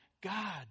God